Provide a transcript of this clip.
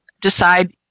decide